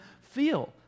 feel